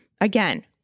again